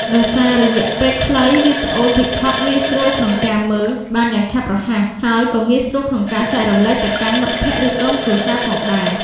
ដោយសាររយៈពេលខ្លី វីដេអូ TikTok ងាយស្រួលក្នុងការមើល បានយ៉ាងឆាប់រហ័ស ហើយក៏ ងាយស្រួលក្នុងការចែករំលែក ទៅកាន់មិត្តភក្ដិ ឬក្រុមគ្រួសារផងដែរ។